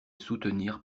soutenir